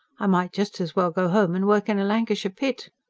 i might just as well go home and work in a lancashire pit.